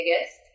biggest